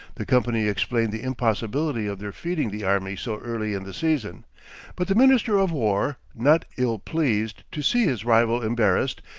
the company explained the impossibility of their feeding the army so early in the season but the minister of war, not ill-pleased to see his rival embarrassed,